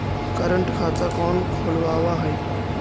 current खाता कौन खुलवावा हई